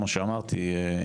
כמו שאמרתי,